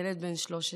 ילד בן 13,